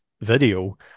video